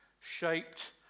shaped